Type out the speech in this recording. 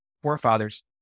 forefathers